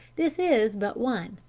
this is but one,